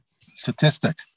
statistic